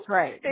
right